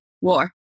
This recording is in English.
war